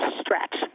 stretch